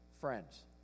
friends